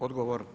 Odgovor.